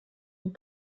und